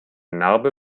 narbe